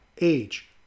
age